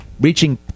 reaching